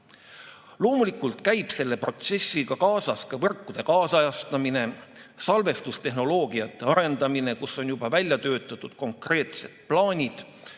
Loomulikult käib selle protsessiga kaasas ka võrkude kaasajastamine, salvestustehnoloogiate arendamine, kus on juba välja töötatud konkreetsed plaanid.